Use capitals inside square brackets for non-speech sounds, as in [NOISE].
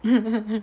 [LAUGHS]